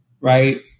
Right